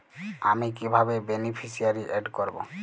আমি কিভাবে beneficiary add করব?